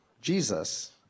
Jesus